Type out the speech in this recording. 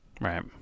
Right